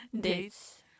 Dates